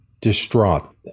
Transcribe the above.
distraught